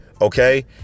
Okay